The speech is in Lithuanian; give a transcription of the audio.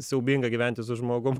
siaubinga gyventi su žmogum